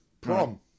Prom